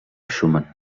schumann